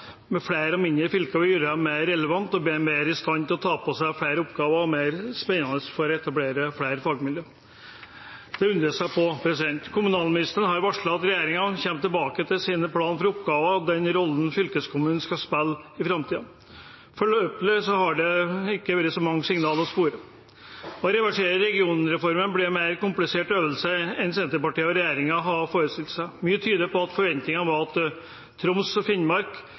mer relevante, bedre i stand til å ta på seg flere oppgaver og mer spennende for å etablere flere fagmiljøer? Det undres jeg på. Kommunalministeren har varslet at regjeringen kommer tilbake til sin plan for oppgaver og den rollen fylkeskommunen skal spille i framtiden. Foreløpig har det ikke vært så mange signaler å spore. Å reversere regionreformen blir en mer komplisert øvelse enn Senterpartiet og regjeringen har forestilt seg. Mye tyder på at forventningen var at Troms og Finnmark